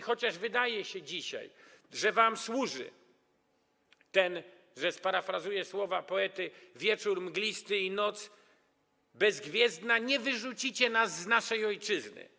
Chociaż wydaje się dzisiaj, że wam służy ten - że sparafrazuję słowa poety - wieczór mglisty i noc bezgwiezdna, nie wyrzucicie nas z naszej ojczyzny.